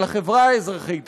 על החברה האזרחית,